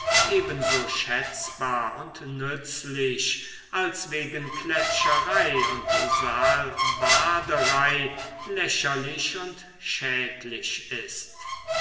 ebenso schätzbar und nützlich als wegen klätscherei und salbaderei lächerlich und schädlich ist